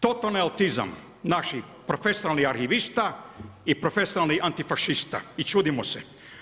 Totalni autizam naših profesionalnih arhivista i profesionalnih antifašista i čudimo se.